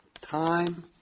time